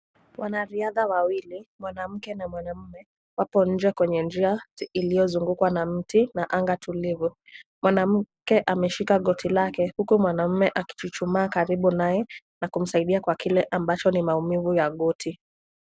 Wanariadha wawili mwanamke na mwanamume wapo nje kwenye njia iliyozungukwa na mti na anga tulivu. Mwanamke ameshika goti lake huku mwanamume akichuchumaa karibu naye na kumsaidia kwa kile ambacho ni maumivu ya goti.